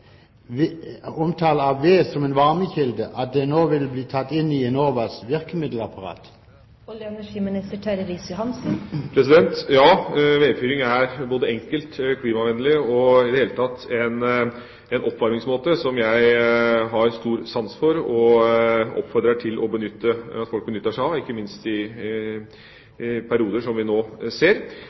omtale av ved som varmekilde at det nå vil bli tatt inn i Enovas virkemiddelapparat?» Ja, vedfyring er både enkelt og klimavennlig og i det hele tatt en oppvarmingsmåte som jeg har stor sans for og oppfordrer folk til å benytte seg av, ikke minst i perioder som vi nå ser.